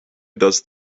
does